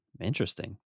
Interesting